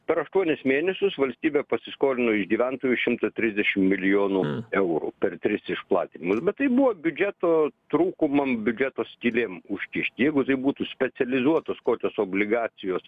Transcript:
per aštuonis mėnesius valstybė pasiskolino iš gyventojų šimtą trisdešim milijonų eurų per tris išplatinimus bet tai buvo biudžeto trūkumam biudžeto skylėm užkišt jeigu tai būtų specializuotos kokios obligacijos